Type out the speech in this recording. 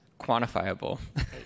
quantifiable